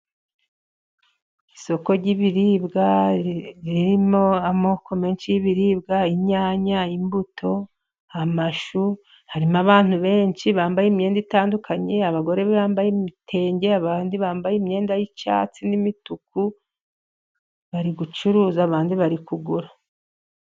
Isoko ry'ibiribwa ririmo amoko menshi y'ibiribwa, inyanya, imbuto, amashu, harimo abantu benshi bambaye imyenda itandukanye, abagore bambaye ibitenge, abandi bambaye imyenda y'icyatsi n'imituku, bari gucuruza abandi bari kugura.